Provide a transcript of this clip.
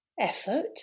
effort